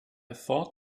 thought